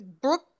Brooke